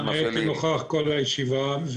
הייתי נוכח כל הישיבה.